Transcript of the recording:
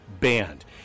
banned